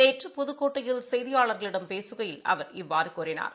நேற்று புதுக்கோட்டையில் செய்தியாளர்களிடம் பேசுகையில் அவர் இவ்வாறுகூறினார்